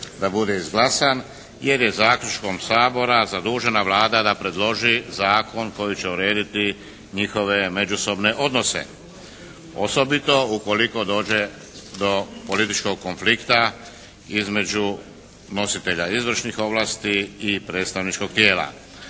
da bude izglasan jer je zaključkom Sabora zadužena Vlada da predloži zakon koji će urediti njihove međusobne odnose. Osobito ukoliko dođe do političkog konflikta između nositelja izvršnih ovlasti i predstavničkog tijela.